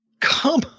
Come